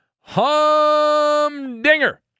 humdinger